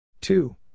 two